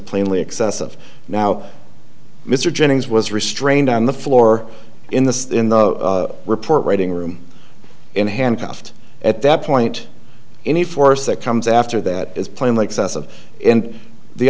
plainly excessive now mr jennings was restrained on the floor in the in the report writing room and handcuffed at that point any force that comes after that is plainly excessive